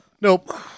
Nope